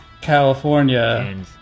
California